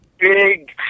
big